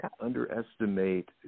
underestimate